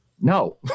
No